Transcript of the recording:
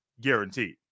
guaranteed